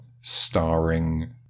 starring